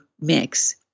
mix